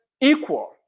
equal